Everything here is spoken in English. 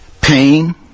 pain